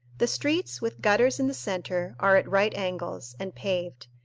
the streets, with gutters in the centre, are at right angles, and paved,